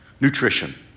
Nutrition